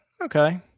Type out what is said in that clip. okay